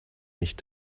nicht